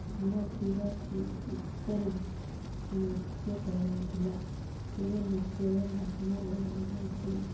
ଧୀର ସ୍ଥିର ଚିତରେ ନୃତ୍ୟ କରାଯାଉଥିଲା ଏବେ ନୃତ୍ୟର ମାଧ୍ୟମ ବଦଳି ଯାଇଛି